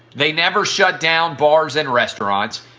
they never shut down bars and restaurants.